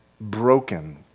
broken